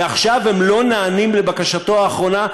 ועכשיו הם לא נענים לבקשתו האחרונה,